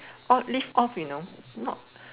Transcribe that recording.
odd live off you know not